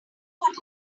what